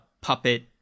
puppet